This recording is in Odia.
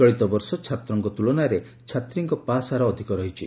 ଚଳିତବର୍ଷ ଛାତ୍ରଙ୍କ ତୁଳନାରେ ଛାତ୍ରୀଙ୍କ ପାସ୍ ହାର ଅଧିକ ରହିଛି